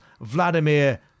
Vladimir